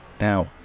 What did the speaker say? Now